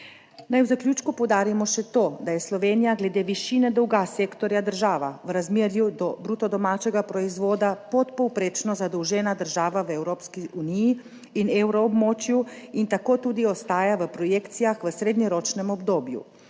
Naj v zaključku poudarimo še to, da je Slovenija glede višine dolga sektorja država v razmerju do bruto domačega proizvoda podpovprečno zadolžena država v Evropski uniji in evroobmočju in tako tudi ostaja v projekcijah v srednjeročnem obdobju.